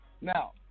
Now